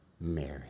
Mary